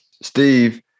Steve